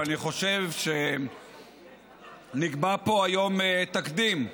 אבל אני חושב שנקבע פה היום תקדים.